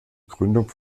gründung